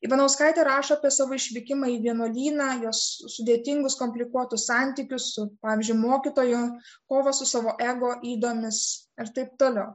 ivanauskaitė rašo apie savo išvykimą į vienuolyną jos sudėtingus komplikuotus santykius su pavyzdžiui mokytoju kovą su savo ego ydomis ir taip toliau